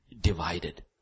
divided